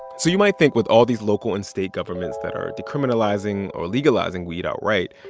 so you might think with all these local and state governments that are decriminalizing or legalizing weed outright,